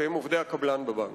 והם עובדי הקבלן בבנק.